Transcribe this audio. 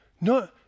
no